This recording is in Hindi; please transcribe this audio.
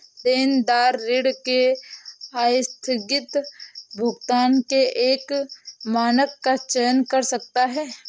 देनदार ऋण के आस्थगित भुगतान के एक मानक का चयन कर सकता है